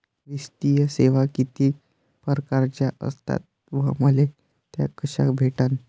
वित्तीय सेवा कितीक परकारच्या असतात व मले त्या कशा भेटन?